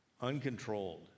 uncontrolled